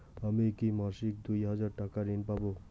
আমি কি মাসিক দুই হাজার টাকার ঋণ পাব?